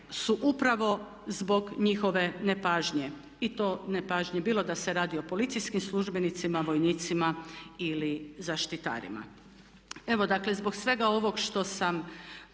su upravo zbog njihove nepažnje i to nepažnje bilo da se radi o policijskim službenicima, vojnicima ili zaštitarima. Evo dakle zbog svega ovog što sam